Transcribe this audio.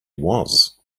was